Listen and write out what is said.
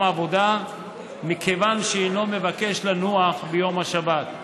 עבודה מכיוון שהינו מבקש לנוח ביום השבת.